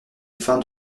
fin